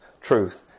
truth